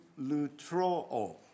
lutroo